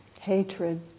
Hatred